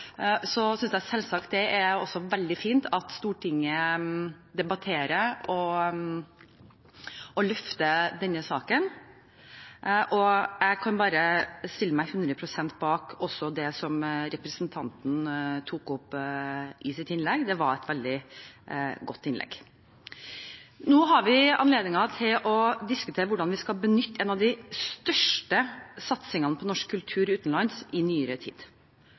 Så synes jeg selvsagt det også er veldig fint at Stortinget debatterer og løfter denne saken, og jeg kan stille meg 100 pst. bak det representanten tok opp i innlegget sitt. Det var et veldig godt innlegg. Nå har vi anledningen til å diskutere hvordan vi skal benytte en av de største satsingene på norsk kultur utenlands i nyere tid